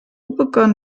begann